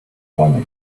bäume